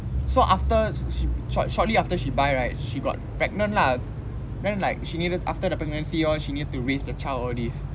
so after she short~ shortly after she buy right she got pregnant lah then like she needed after the pregnancy all she need to raise the child all this